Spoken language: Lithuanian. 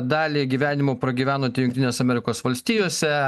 dalį gyvenimo pragyvenot jungtinės amerikos valstijose